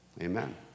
Amen